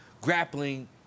grappling